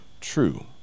true